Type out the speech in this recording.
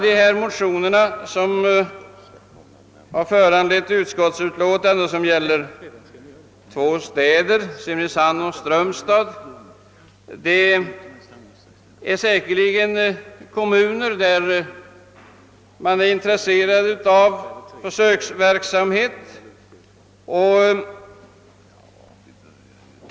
De motioner som behandlas i utskottsutlåtandet gäller två städer, Simrishamn och Strömstad. Man är säkerligen där intresserad av försöksverksamhet.